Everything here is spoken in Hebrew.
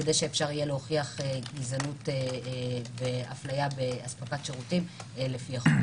כדי שאפשר יהיה להוכיח גזענות והפליה באספקת שירותים לפי החוק.